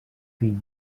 fill